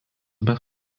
bet